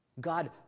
God